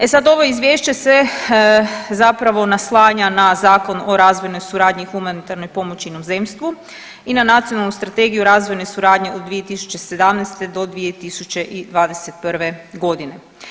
E sad ovo izvješće se zapravo naslanja na Zakon o razvojnoj suradnji i humanitarnoj pomoći inozemstvu i na Nacionalnu strategiju razvojne suradnje od 2017. do 2021. godine.